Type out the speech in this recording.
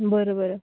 बरं बरं